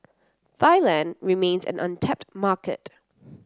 Thailand remains an untapped market